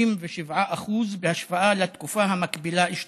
67% בהשוואה לתקופה המקבילה אשתקד.